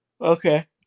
Okay